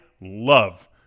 love